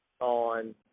on